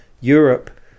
Europe